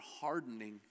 hardening